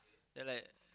then like